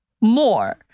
more